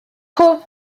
pob